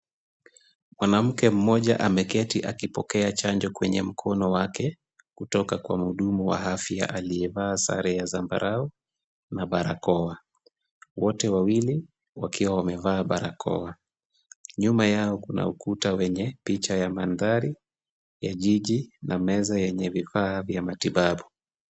Mwanamke mmoja ameketi akipokea chanjo kwenye mkono wake, kutoka kwa mhudumu wa afya aliyevaa sare ya zambarau na barakoa. Wote wawili wakiwa wamevaa barakoa. Nyuma yao kuna ukuta wenye picha ya mandhari ya jiji na meza yenye vifaa vya matibabu.